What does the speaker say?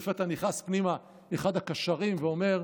ולפתע נכנס פנימה אחד הקשרים ואומר: